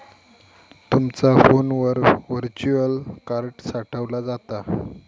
तुमचा फोनवर virtual card साठवला जाता